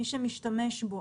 מי שמשתמש בו,